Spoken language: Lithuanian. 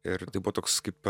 ir kaipo toks kaip